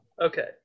Okay